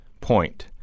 point